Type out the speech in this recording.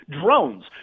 drones